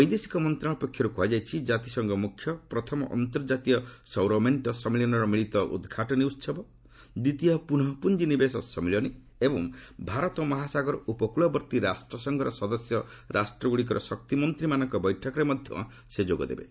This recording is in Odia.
ବୈଦେଶିକ ମନ୍ତ୍ରଣାଳୟ ପକ୍ଷରୁ କୁହାଯାଇଛି ଜାତିସଂଘ ମୁଖ୍ୟ ପ୍ରଥମ ଅନ୍ତର୍ଜାତୀୟ ସୌର୍ଯ୍ୟ ମେଣ୍ଟ ସମ୍ମିଳନୀର ମିଳିତ ଉଦ୍ଘାଟନୀ ଉତ୍ସବ ଦ୍ୱିତୀୟ ପୁନଃ ପୁଞ୍ଜିନିବେଶ ସମ୍ମିଳନୀ ଏବଂ ଭାରତ ମହାସାଗର ଉପକ୍ଳବର୍ତ୍ତୀ ରାଷ୍ଟ୍ରସଂଘର ସଦସ୍ୟ ରାଷ୍ଟ୍ରଗୁଡ଼ିକର ଶକ୍ତିମନ୍ତ୍ରୀମାନଙ୍କର ବୈଠକରେ ମଧ୍ୟ ଯୋଗ ଦେବେ